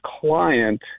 client